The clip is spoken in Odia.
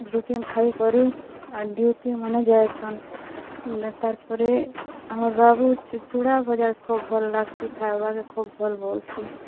ରୁଟି ଖାଇକରି ଡ଼୍ୟୁଟିମାନେ ଯାଏସନ୍ ତା'ର୍ପରେ ଆମର୍ ବାବୁ ଚୁଡ଼ା ଭଜା ଖୋବ୍ ଭଲ ଲାଗ୍ସି ଖାଏବାର୍ ଖୋବ୍ ଭଲ୍ ବଲ୍ସି